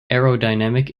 aerodynamic